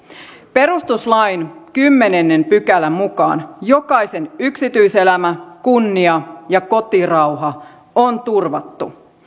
perustuslain kymmenennen pykälän mukaan jokaisen yksityiselämä kunnia ja kotirauha on turvattu